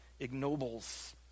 ignobles